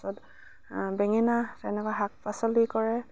তাৰপাছত বেঙেনা তেনেকুৱা শাক পাচলি কৰে